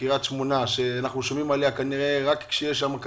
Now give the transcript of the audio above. קריית שמונה עליה אנחנו שומעים רק כשנופלות קטיושות,